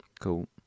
Cool